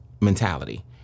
mentality